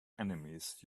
enemies